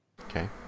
Okay